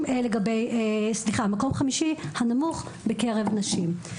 ומקום חמישי הנמוך בקרב נשים.